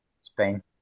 spain